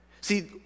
see